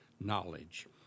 knowledge